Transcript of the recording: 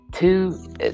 Two